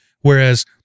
Whereas